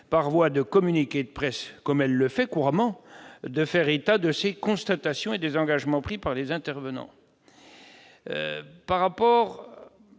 par voie de communiqué de presse, comme elle le fait couramment, de faire état de ses constatations et des engagements pris par les intervenants.